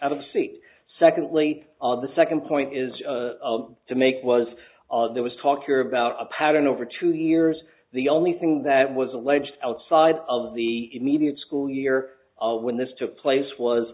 out of state secondly on the second point is to make was there was talk here about a pattern over two years the only thing that was alleged outside of the immediate school year when this took place was